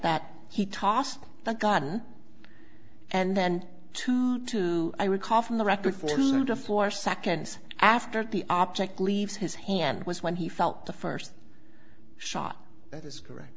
that he tossed the gun and then two two i recall from the record four hundred to four seconds after the object leaves his hand was when he felt the first shot that is correct